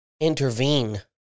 intervene